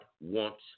wants